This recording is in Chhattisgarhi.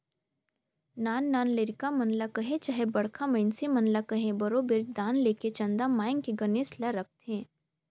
नान नान लरिका मन ल कहे चहे बड़खा मइनसे मन ल कहे बरोबेर दान लेके चंदा मांएग के गनेस ल रखथें